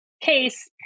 case